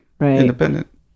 independent